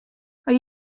are